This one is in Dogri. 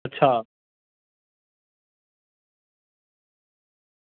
अच्छा